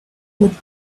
would